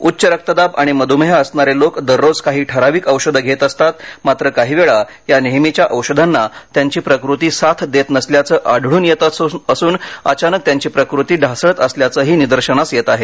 उच्च रक्तदाब आणि मधुमेह असणारे लोक दररोज काही ठराविक औषध घेत असतात मात्र काही वेळा या नेहमीच्या औषधांना त्यांची प्रकृती साथ देत नसल्याचं आढळून येत असून अचानक त्यांची प्रकृती ढासळत असल्याचंही निदर्शनास येत आहे